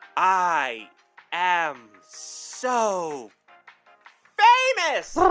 i am so famous